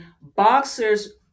boxers